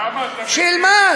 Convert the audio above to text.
למה אתה, שילמד.